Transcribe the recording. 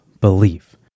belief